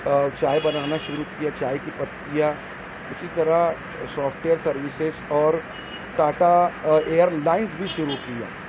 چائے بنانا شروع کیا چائے کی پتیاں اسی طرح سافٹویر سرویسیز اور ٹاٹا ایئر لائنس بھی شروع کیا